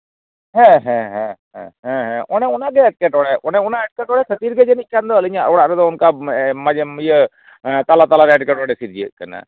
ᱦᱮᱸ ᱦᱮᱸ ᱦᱮᱸ ᱦᱮᱸ ᱦᱮᱸ ᱦᱮᱸ ᱚᱱᱮ ᱚᱱᱟ ᱜᱮ ᱮᱴᱠᱮᱴᱚᱬᱮ ᱚᱱᱮ ᱚᱱᱟ ᱮᱴᱠᱮᱴᱚᱬᱮ ᱠᱷᱟᱹᱛᱤᱨ ᱜᱮ ᱡᱟᱹᱱᱤᱡ ᱠᱷᱟᱱ ᱟᱹᱞᱤᱧᱟᱜ ᱚᱲᱟᱜ ᱨᱮᱫᱚ ᱚᱱᱠᱟ ᱢᱟᱡᱷᱮ ᱤᱭᱟᱹ ᱛᱟᱞᱟ ᱛᱟᱞᱟ ᱨᱮ ᱮᱴᱠᱮᱴᱚᱬᱮ ᱥᱤᱨᱡᱟᱹᱜ ᱠᱟᱱᱟ